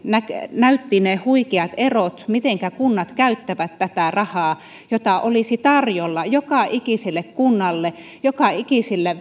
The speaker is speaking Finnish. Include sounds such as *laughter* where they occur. näytti ne huikeat erot mitenkä kunnat käyttävät tätä rahaa jota olisi tarjolla joka ikiselle kunnalle joka ikiselle *unintelligible*